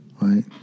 right